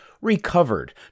recovered